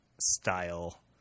style